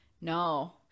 no